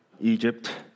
Egypt